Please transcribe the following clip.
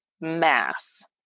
mass